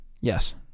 Yes